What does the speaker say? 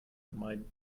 vermeiden